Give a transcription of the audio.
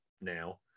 now